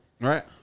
Right